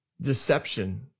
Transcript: deception